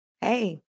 Hey